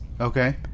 Okay